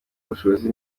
ubushobozi